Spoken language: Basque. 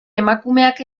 emakumeak